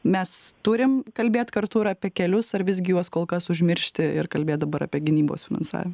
mes turim kalbėt kartu ir apie kelius ar visgi juos kol kas užmiršti ir kalbėt dabar apie gynybos finansavimą